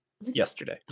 yesterday